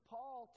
Paul